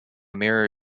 mirror